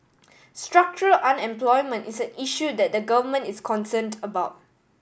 structural unemployment is an issue that the Government is concerned about